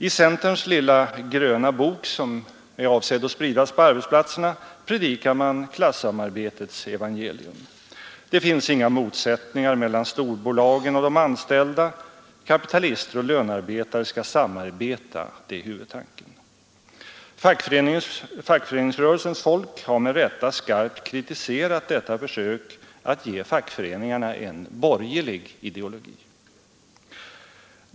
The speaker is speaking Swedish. I centerns ”lilla gröna” bok som är avsedd att spridas på arbetsplatserna predikar man klassamarbetets evangelium. Det finns inga motsättningar mellan storbolagen och de anställda, kapitalister och lönearbetare skall samarbeta — det är huvudtanken. Fackföreningsrörelsens folk har med rätta skarpt kritiserat detta försök att ge fackföreningarna en borgerlig ideologi.